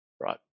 Right